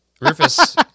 Rufus